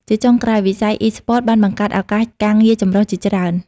ជាចុងក្រោយ វិស័យអុីស្ព័តបានបង្កើតឱកាសការងារចម្រុះជាច្រើន។